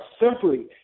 simply